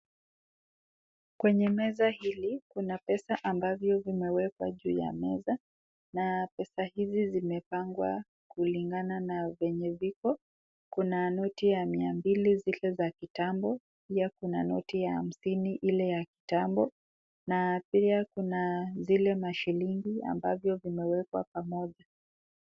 Kwenye meza hili kuna pesa ambavyo vimewekwa juu ya meza, na pesa hizi zimepangwa kulingana na vile ziko. Kuna noti ya mia mbili zile za kitambo, pia kuna noti ya hamsini ile ya kitambo, na pia kuna zile mashilingi ambavyo zimeekwa pamoja.